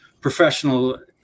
professional